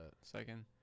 second